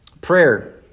Prayer